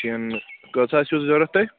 شِن کٔژ آسِو ضوٚرَتھ تۄہہِ